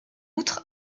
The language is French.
outre